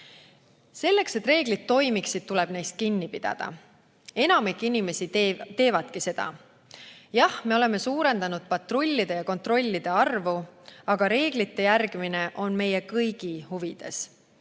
Selleks et reeglid toimiksid, tuleb neist kinni pidada. Enamik inimesi teebki seda. Jah, me oleme suurendanud patrullide ja kontrollide arvu, aga reeglite järgimine on meie kõigi huvides,